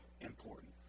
important